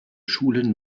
schulen